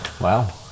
Wow